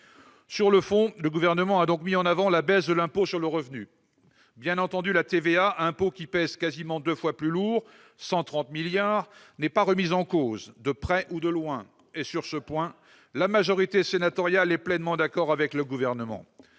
Sur le fond, le Gouvernement a mis en avant la baisse de l'impôt sur le revenu. Bien entendu, la TVA, impôt qui pèse quasiment deux fois plus lourd, 130 milliards d'euros, n'est pas remise en cause de près ou de loin. Sur ce point, la majorité sénatoriale est pleinement d'accord avec le Gouvernement.